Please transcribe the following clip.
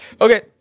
Okay